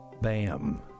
Bam